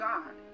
God